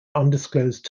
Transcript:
undisclosed